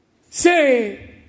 say